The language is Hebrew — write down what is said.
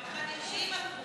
ב-50%.